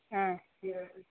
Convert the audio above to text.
ஆ